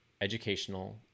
educational